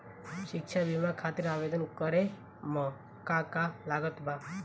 शिक्षा बीमा खातिर आवेदन करे म का का लागत बा?